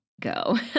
go